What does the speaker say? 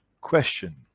question